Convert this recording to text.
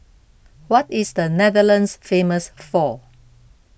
what is Netherlands famous for